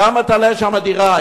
כמה תעלה שם דירה.